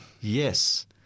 Yes